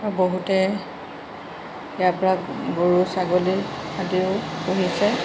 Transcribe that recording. আৰু বহুতে ইয়াৰপৰা গৰু ছাগলী আদিও পুহিছে